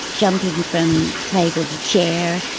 jumping from table to chair,